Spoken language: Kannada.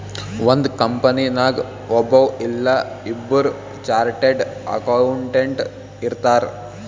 ಒಂದ್ ಕಂಪನಿನಾಗ್ ಒಬ್ಬವ್ ಇಲ್ಲಾ ಇಬ್ಬುರ್ ಚಾರ್ಟೆಡ್ ಅಕೌಂಟೆಂಟ್ ಇರ್ತಾರ್